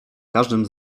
każdym